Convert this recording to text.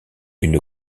une